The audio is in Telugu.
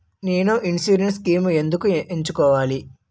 నేను ఇన్సురెన్స్ స్కీమ్స్ ఎందుకు ఎంచుకోవాలి?